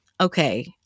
okay